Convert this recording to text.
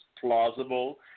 plausible